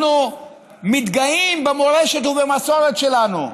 אנחנו מתגאים במורשת ובמסורת שלנו.